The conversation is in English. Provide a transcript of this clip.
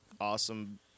awesome